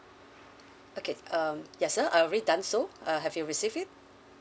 okay um ya sir I've already done so uh have you received it